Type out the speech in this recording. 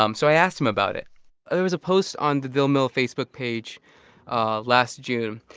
um so i asked him about it there was a post on the dil mil facebook page ah last june.